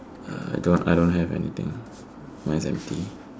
I don't I don't have anything mine's empty